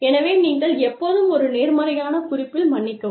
எனவே நீங்கள் எப்போதும் ஒரு நேர்மறையான குறிப்பில் மன்னிக்கவும்